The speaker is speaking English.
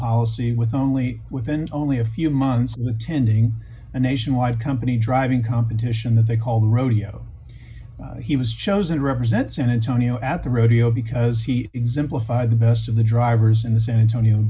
policy with only within only a few months tending a nationwide company driving competition that they call the rodeo he was chosen to represent santa tonio at the rodeo because he exemplify the best of the drivers in the san antonio